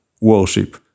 worship